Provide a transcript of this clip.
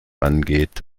angeht